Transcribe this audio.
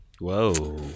Whoa